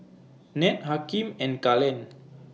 Ned Hakeem and Kalen